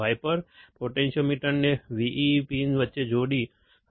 વાઇપરથી પોટેન્ટીયોમીટરને VEE pin વચ્ચે જોડો